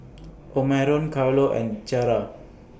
Omarion Carlo and Ciarra